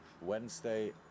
Wednesday